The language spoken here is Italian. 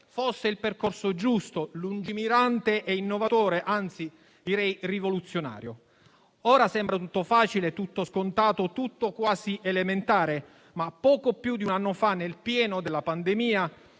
fosse il percorso giusto, lungimirante e innovatore, anzi rivoluzionario. Ora sembra tutto facile, tutto scontato, tutto quasi elementare, ma poco più di un anno fa, nel pieno della pandemia,